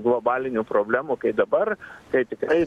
globalinių problemų kai dabar tai tikrai